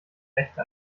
rechte